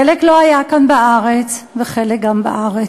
אצל חלק זה לא היה כאן בארץ ואצל חלק גם בארץ.